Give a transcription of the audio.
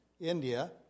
India